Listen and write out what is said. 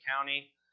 County